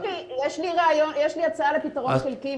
יש לי הצעה לפתרון חלקי,